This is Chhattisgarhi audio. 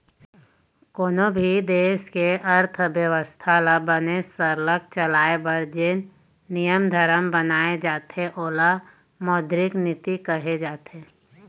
कोनों भी देश के अर्थबेवस्था ल बने सरलग चलाए बर जेन नियम धरम बनाए जाथे ओला मौद्रिक नीति कहे जाथे